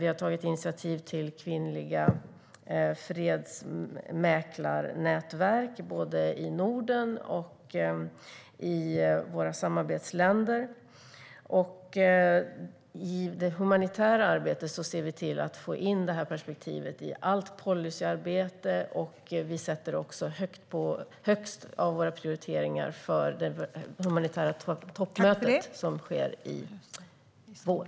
Vi har tagit initiativ till kvinnliga fredsmäklarnätverk, både i Norden och i våra samarbetsländer. I det humanitära arbetet ser vi till att få in det här perspektivet i allt policyarbete. Det är också högst prioriterat när det gäller det humanitära toppmötet i vår.